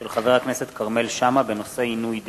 של חבר הכנסת כרמל שאמה, בנושא עינוי דין,